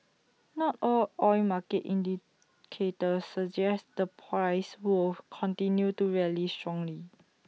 not all oil market indicators suggest the price will continue to rally strongly